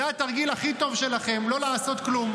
זה התרגיל הכי טוב שלכם, לא לעשות כלום.